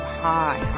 high